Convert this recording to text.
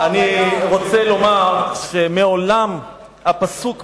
לא, אני רק הערתי לו, אני רוצה לומר שהפסוק בתורה,